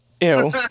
Ew